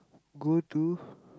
go to